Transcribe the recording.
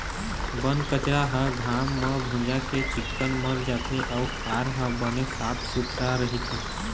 बन कचरा ह घाम म भूंजा के चिक्कन मर जाथे अउ खार ह बने साफ सुथरा रहिथे